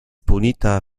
punita